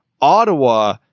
Ottawa